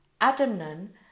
Adamnan